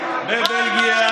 בבלגיה,